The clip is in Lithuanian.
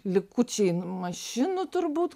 likučiai mašinų turbūt